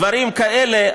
דברים כאלה,